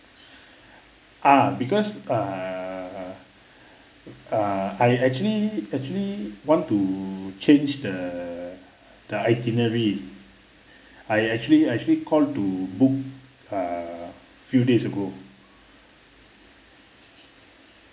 ah because err err I actually actually want to change the the itinerary I actually actually called to book err few days ago